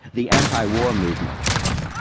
the antiwar movement.